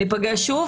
ניפגש שוב.